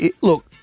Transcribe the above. look